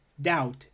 doubt